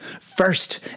First